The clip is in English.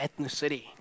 ethnicity